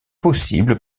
possible